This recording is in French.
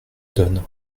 donne